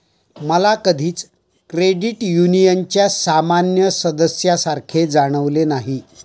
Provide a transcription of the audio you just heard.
मला कधीच क्रेडिट युनियनच्या सामान्य सदस्यासारखे जाणवले नाही